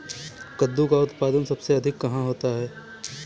कद्दू का उत्पादन सबसे अधिक कहाँ होता है?